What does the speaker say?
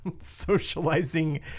socializing